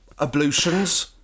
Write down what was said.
ablutions